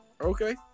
Okay